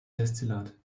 destillat